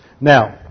Now